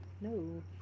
No